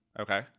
Okay